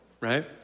right